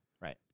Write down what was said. Right